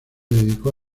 dedicó